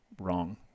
wrong